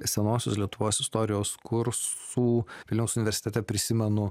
senosios lietuvos istorijos kursų vilniaus universitete prisimenu